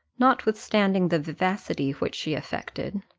notwithstanding the vivacity which she affected,